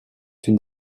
une